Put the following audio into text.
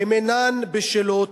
הן אינן בשלות,